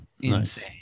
insane